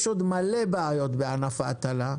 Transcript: יש עוד מלא בעיות בענף ההטלה,